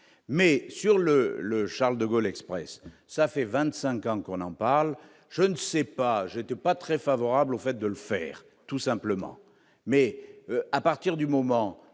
mais sur le le Charles-de-Gaulle Express ça fait 25 ans qu'on en parle, je ne sais pas, j'étais pas très favorable au fait de le faire, tout simplement, mais à partir du moment